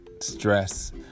stress